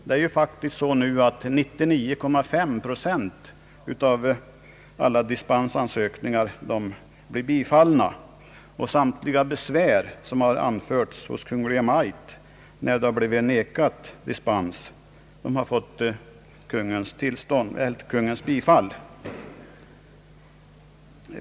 Nu blir faktiskt 99,5 procent av alla dispensansökningar bifallna, och i de fall besvär har anförts hos Kungl. Maj:t över nekad dispens har besvären alltid bifallits.